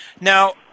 Now